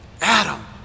Adam